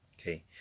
okay